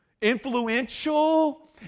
influential